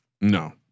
No